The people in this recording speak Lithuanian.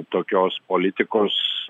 tokios politikos